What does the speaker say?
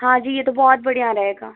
हाँ जी ये तो बहुत बढ़िया रहेगा